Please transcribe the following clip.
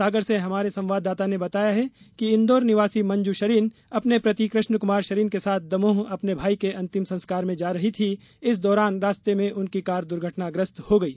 सागर से हमारे संवाददाता ने बताया है कि इंदौर निवासी मंजू शरीन अपने पति कृष्ण कुमार शरीन के साथ दमोह अपने भाई के अंतिम संस्कार में जा रही थीं इसी दौरान रास्ते में उनकी कार दुर्घटनाग्रस्त हो गई